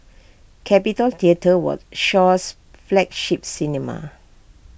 capitol theatre was Shaw's flagship cinema